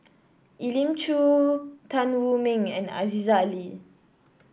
Elim Chew Tan Wu Meng and Aziza Ali